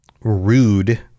rude